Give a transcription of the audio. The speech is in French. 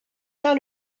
faire